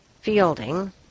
Fielding